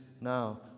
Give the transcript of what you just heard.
now